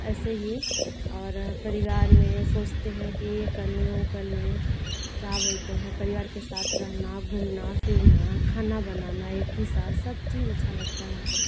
ऐसे ही और परिवार में सोचते हैं कि ये कर ले वो कर ले क्या बोलते हैं परिवार के साथ रहना घूमना फिरना खाना बनाना एक ही साथ सब चीज अच्छा लगता है हमको